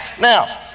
Now